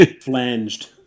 flanged